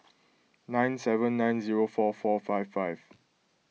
nine seven nine zero four four five five